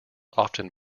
often